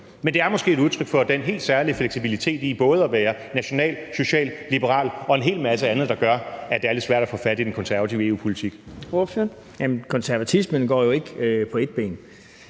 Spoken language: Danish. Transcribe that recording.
men det er måske et udtryk for den helt særlige fleksibilitet, der er i både at være national, social, liberal og en hel masse andet, der gør, at det er lidt svært at få fat i den konservative EU-politik.